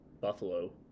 Buffalo